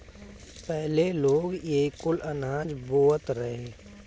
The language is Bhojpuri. पहिले लोग इहे कुल अनाज बोअत रहे